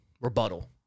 rebuttal